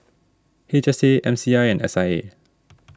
H S A M C I and S I A